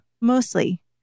Mostly